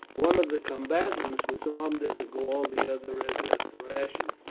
one of the combatants was armed as a gaul, the other as a thracian.